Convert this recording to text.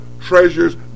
treasures